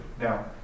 Now